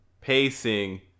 pacing